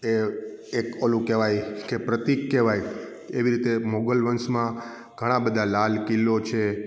એ એક ઓલું કહેવાય કે પ્રતિક કહેવાય એવી રીતે મોગલ વંશમાં ઘણાં બધાં લાલ કિલ્લો છે